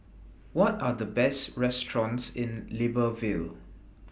What Are The Best restaurants in Libreville